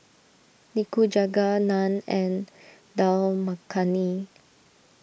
Nikujaga Naan and Dal Makhani